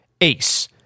ace